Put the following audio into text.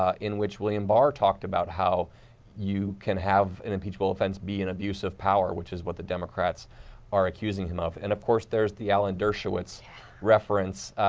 ah in which william barr talked about how you can have an impeachable offense be an abuse of power, which is what the democrats are accusing him of. and of course, there is the alan dershowitz reference,